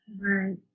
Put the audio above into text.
Right